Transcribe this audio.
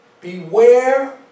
beware